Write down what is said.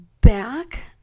back